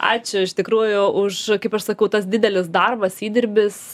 ačiū iš tikrųjų už kaip aš sakau tas didelis darbas įdirbis